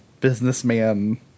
businessman